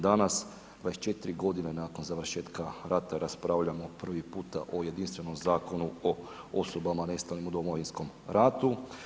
Danas 24 godine nakon završetka rata raspravljamo prvi puta o jedinstvenom zakonu o osobama nestalim u Domovinskom ratu.